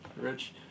rich